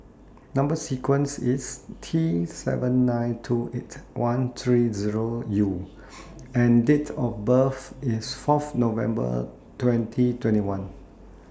Number sequence IS T seven nine two eight one three Zero U and Date of birth IS Fourth November twenty twenty one